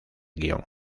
guion